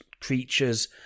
creatures